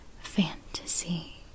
fantasy